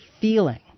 feeling